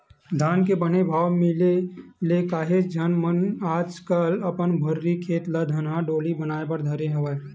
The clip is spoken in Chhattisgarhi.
धान के बने भाव के मिले ले काहेच झन मन आजकल अपन भर्री खेत ल धनहा डोली बनाए बर धरे हवय